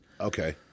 Okay